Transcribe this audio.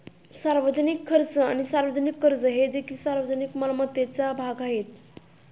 सार्वजनिक खर्च आणि सार्वजनिक कर्ज हे देखील सार्वजनिक मालमत्तेचा भाग आहेत